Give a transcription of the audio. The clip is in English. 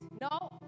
No